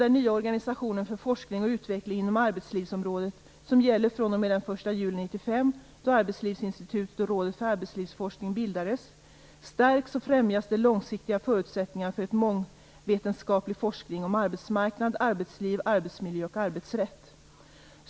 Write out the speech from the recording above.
1 juli 1995 - då Arbetslivsinstitutet och Rådet för arbetslivsforskning bildades - stärks och främjas de långsiktiga förutsättningarna för en mångvetenskaplig forskning om arbetsmarknad, arbetsliv, arbetsmiljö och arbetsrätt.